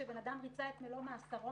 כשבן אדם ריצה את מלוא מאסרו,